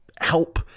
help